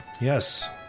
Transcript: Yes